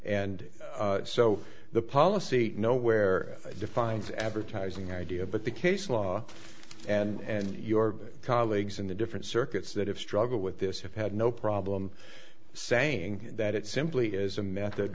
and so the policy nowhere defines advertising idea but the case law and your colleagues in the different circuits that have struggled with this have had no problem saying that it simply is a method